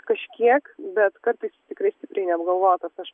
kažkiek bet kartais tikrai stipriai neapgalvotas aš